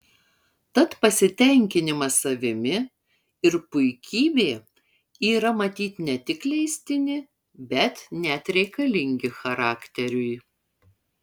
tad pasitenkinimas savimi ir puikybė yra matyt ne tik leistini bet net reikalingi charakteriui